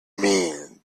mean